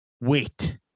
wait